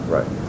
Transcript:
Right